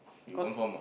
cause